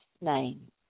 name